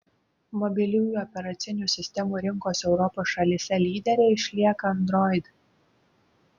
mobiliųjų operacinių sistemų rinkos europos šalyse lydere išlieka android